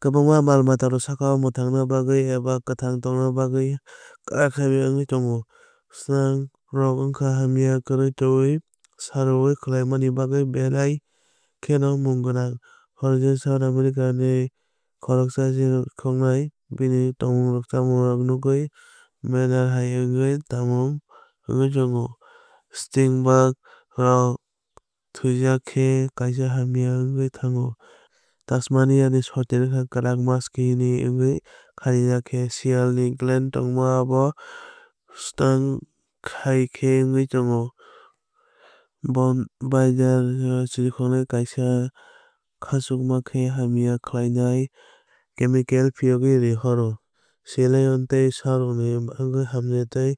Kwbangma mal matarok sakno mwthangna bagwi eba kwthang tongna bagwi kwrak hamya wngwi thango. Skunks rok wngkha hamya kwrwi twino saroui khlaimanini bagwi belai kheno mung gwnang. Hoatzin South America ni khoroksa chirikhok bini thwngmungni rangchakni wngwi manure hai wngwi thwngmung wngwi tongo. Stink bug rok thwijak khe kaisa hamya wngwi thango. Tasmania ni soitan wngkha kwrak musky ni wngwi khatijak khe. Siyal ni gland tongo abo skunk hai khe wngwi tongo. Bombardier chirikhokrok kaisa kwchangma khá hamya khlainai kemikal phuarwi rohor o. Sea lion tei sikoro rokbo hachwk tei